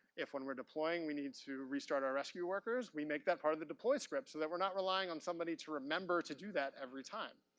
if, when we're deploying, we need to restart our rescue workers, we make that part of the deploy script, so that we're not relying on somebody to remember to do that every time.